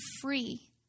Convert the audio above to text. free